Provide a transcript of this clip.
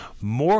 more